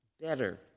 better